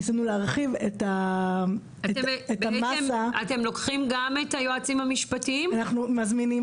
וניסינו להרחיב את המסה -- אתם לוקחים גם את היועצים המשפטיים כן,